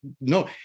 no